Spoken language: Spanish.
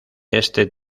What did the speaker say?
éste